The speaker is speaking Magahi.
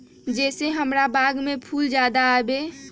जे से हमार बाग में फुल ज्यादा आवे?